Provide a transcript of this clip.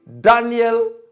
Daniel